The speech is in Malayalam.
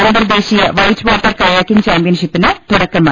അന്തർ ദേശീയ വൈറ്റ് വാട്ടർ കയാക്കിംഗ് ചാമ്പ്യൻഷിപ്പിന് തുടക്കമായി